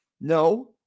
No